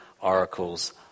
oracles